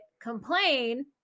complain